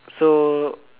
so